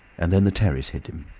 and then the terrace hid him.